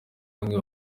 bamwe